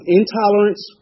intolerance